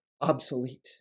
obsolete